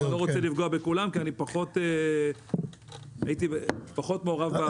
אני לא רוצה --- בכולם כי הייתי פחות מעורב.